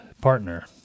partner